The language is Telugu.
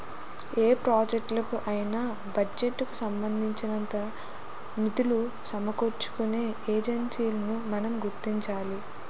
ఏ ప్రాజెక్టులకు అయినా బడ్జెట్ కు సంబంధించినంత నిధులు సమకూర్చే ఏజెన్సీలను మనం గుర్తించాలి